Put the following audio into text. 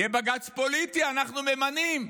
יהיה בג"ץ פוליטי, אנחנו ממנים.